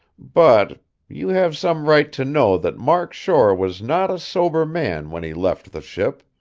but you have some right to know that mark shore was not a sober man when he left the ship.